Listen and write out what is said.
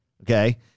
okay